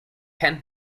pen